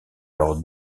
leur